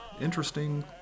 interesting